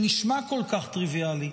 שנשמע כל כך טריוויאלי,